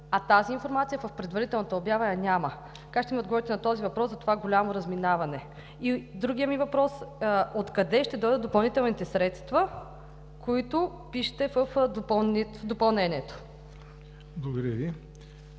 а тази информация я няма в предварителната обява? Как ще ми отговорите на този въпрос – за това голямо разминаване? Другият ми въпрос е: откъде ще дойдат допълнителните средства, които пишете в допълнението?